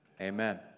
Amen